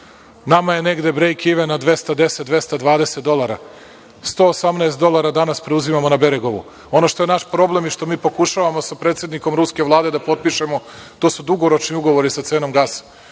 Nama je negde „brejk iven“ na 210, 220 dolara. Danas preuzimamo 118 na Berigovu. Ono što je naš problem i što mi pokušavamo sa predsednikom ruske Vlade da potpišemo su dugoročni ugovori sa cenom gasa.